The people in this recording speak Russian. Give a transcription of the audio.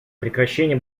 прекращения